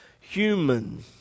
human